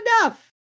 enough